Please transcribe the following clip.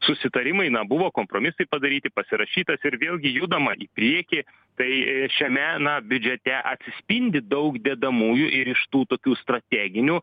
susitarimai na buvo kompromisai padaryti pasirašytas ir vėlgi judama į priekį tai šiame na biudžete atsispindi daug dedamųjų ir iš tų tokių strateginių